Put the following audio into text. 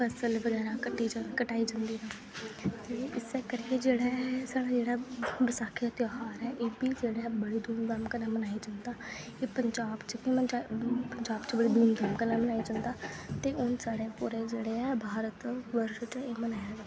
फसल बगैरा कट्टी जंदी कटाई जंदी इस्सै करियै जेह्ड़ा ऐ साढा जेह्डा ऐ बसाखी दा त्योहार ऐ एब्बी जेह्ड़ा ऐ बड़ी धूमधाम कन्नै मनाया जंदा एह् पंजाब च बड़ी धूमधाम कन्नै मनाया जंदा ते हून साढ़े पूरै जेह्ड़े ऐ भारत बर्ष च एह् मनाया